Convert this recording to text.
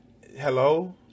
hello